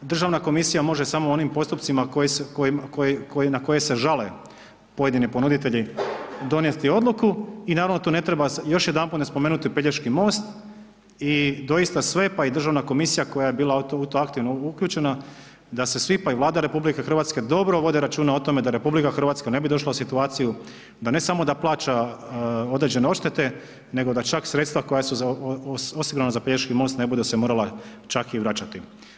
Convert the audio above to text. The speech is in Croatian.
Državna komisija može samo u onim postupcima na koje se žale pojedini ponuditelji donijeti odluku i naravno, tu ne treba, još jedanput ne spomenuti Pelješki most i doista sve, pa i državna komisija koja je bila u to aktivno uključena da se svi, pa i Vlada RH dobro vode računa o tome da RH ne bi došla u situaciju, da ne samo da plaća određene odštete nego da čak sredstva koja su osigurana za Pelješki most ne bude se morala čak i vraćati.